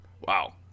Wow